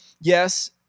Yes